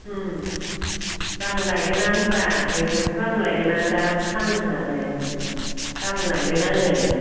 उम गामोन लायगोन आं होमबा मैगंखौ गाबोन लायगोन आं दा फानग्रोनानै गामोन लायगोन आंङो